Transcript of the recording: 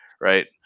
right